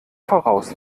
voraus